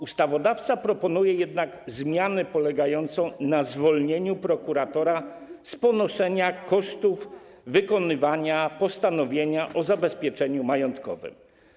Ustawodawca proponuje jednak zmianę polegającą na zwolnieniu prokuratora z ponoszenia kosztów wykonywania postanowienia o zabezpieczeniu majątkowym.